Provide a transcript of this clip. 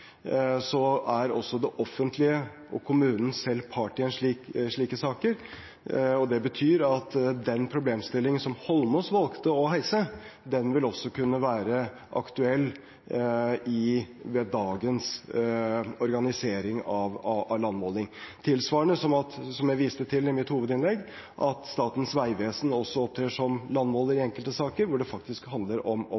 så er også det offentlige og kommunen selv part i slike saker. Det betyr at den problemstillingen som Eidsvoll Holmås valgte å heise, også vil kunne være aktuell ved dagens organisering av landmåling, tilsvarende det at – som jeg viste til i mitt hovedinnlegg – Statens vegvesen også opptrer som landmåler i enkelte saker hvor det faktisk handler om